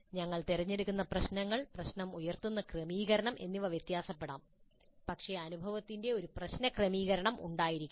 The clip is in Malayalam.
ഞങ്ങൾ തിരഞ്ഞെടുക്കുന്ന പ്രശ്നങ്ങൾ പ്രശ്നം ഉയർത്തുന്ന ക്രമീകരണം എന്നിവ വ്യത്യാസപ്പെടാം പക്ഷേ അനുഭവത്തിന് ഒരു പ്രശ്ന ക്രമീകരണം ഉണ്ടായിരിക്കണം